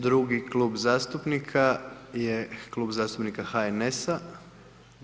Drugi klub zastupnika je klub zastupnika HNS-a.